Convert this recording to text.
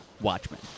watchmen